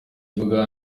kibuga